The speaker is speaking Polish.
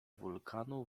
wulkanu